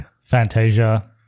Fantasia